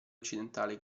occidentale